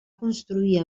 construir